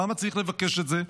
למה צריך לבקש את זה?